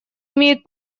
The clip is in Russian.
имеют